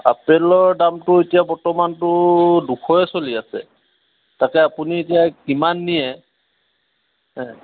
আপেলৰ দামটো এতিয়া বৰ্তমানতো দুশই চলি আছে তাকে আপুনি এতিয়া কিমান নিয়ে